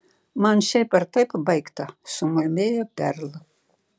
man šiaip ar taip baigta sumurmėjo perl